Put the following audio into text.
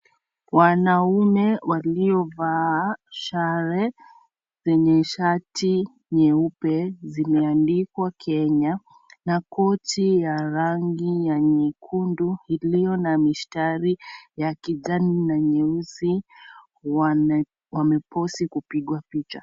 Wanaume waliovaa sare zenye shati nyeupe. Zimeandikwa, Kenya na koti ya rangi ya nyekundu, iliyo na mistari ya kijani na nyeusi. Wamepozi kupigwa picha.